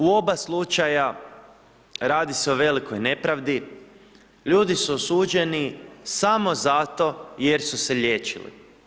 U oba slučaja radi se o velikoj nepravdi, ljudi su osuđeni samo zato jer su se liječili.